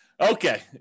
okay